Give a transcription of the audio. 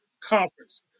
Conference